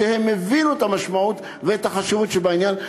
שהבינו את המשמעות ואת החשיבות שבעניין,